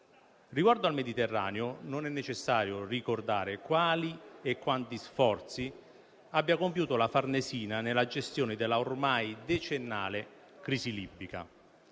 Riguardo al Mediterraneo non è necessario ricordare quali e quanti sforzi abbia compiuto la Farnesina nella gestione della ormai decennale crisi libica.